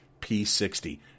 P60